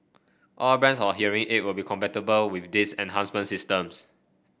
all brands of hearing aid will be compatible with these enhancement systems